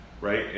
right